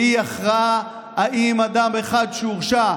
שהיא ההכרעה האם אדם אחד שהורשע,